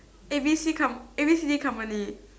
A B C come A B C company